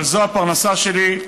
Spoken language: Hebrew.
אבל זו הפרנסה שלי,